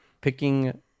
picking